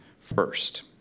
First